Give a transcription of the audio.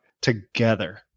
together